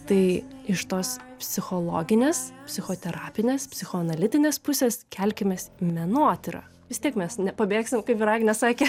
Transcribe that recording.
tai iš tos psichologinės psichoterapinės psichoanalitinės pusės kelkimės į menotyrą vis tiek mes nepabėgsim kaip ir agnė sakė